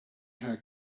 her